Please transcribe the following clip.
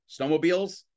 snowmobiles